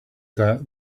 that